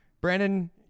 Brandon